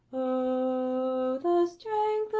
o the strength